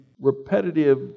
repetitive